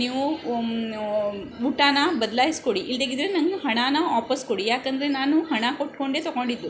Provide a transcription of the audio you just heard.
ನೀವು ಊಟನ ಬದ್ಲಾಯಿಸಿ ಕೊಡಿ ಇಲ್ದೆಯಿದ್ರೆ ನನ್ನ ಹಣನ ವಾಪಸ್ಸು ಕೊಡಿ ಯಾಕೆಂದ್ರೆ ನಾನು ಹಣ ಕೊಟ್ಟುಕೊಂಡೆ ತಗೊಂಡಿದ್ದು